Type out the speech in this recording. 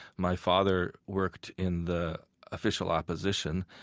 my father worked in the official opposition,